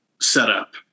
setup